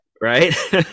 Right